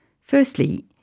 Firstly